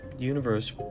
Universe